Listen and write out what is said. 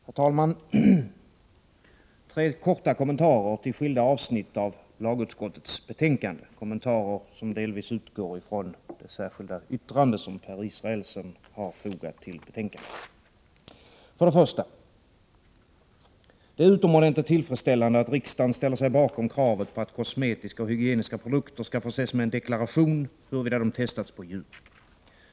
Herr talman! Jag vill göra tre korta kommentarer till skilda avsnitt av lagutskottets betänkande, kommentarer som delvis utgår från det särskilda yttrande som Per Israelsson har fogat till betänkandet. För det första är det utomordentligt tillfredsställande att riksdagen ställer sig bakom kravet på att kosmetiska och hygieniska produkter skall förses med en deklaration huruvida de testats på djur.